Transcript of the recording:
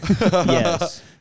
Yes